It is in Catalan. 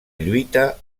lluita